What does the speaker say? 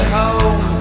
home